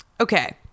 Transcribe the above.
okay